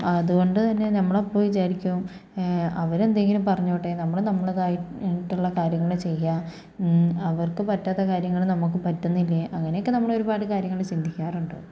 അതുകൊണ്ടു തന്നെ നമ്മൾ അപ്പോൾ വിചാരിക്കും അവർ എന്തെങ്കിലും പറഞ്ഞോട്ടെ നമ്മൾ നമ്മുടേതായിട്ടുള്ള കാര്യങ്ങൾ ചെയ്യുക അവർക്ക് പറ്റാത്ത കാര്യങ്ങൾ നമുക്ക് പറ്റുന്നില്ലേ അങ്ങനെയൊക്കെ നമ്മൾ ഒരുപാട് കാര്യങ്ങൾ ചിന്തിക്കാറുണ്ട്